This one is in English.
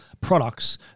products